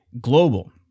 Global